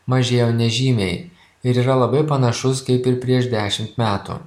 mažėjo nežymiai ir yra labai panašus kaip ir prieš dešimt metų